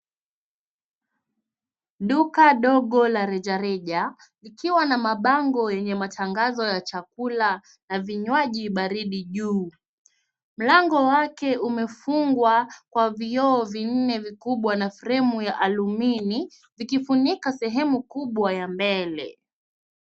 Duka dogo la rejareja ikiwa na mabango yenye matangazo ya chakula na vinywaji baridi juu. Mlango wake umefungwa kwa vioo vinne vikubwa na fremu ya alumini vikifunika sehemu kubwa ya mbele.